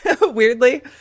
weirdly